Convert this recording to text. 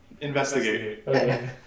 Investigate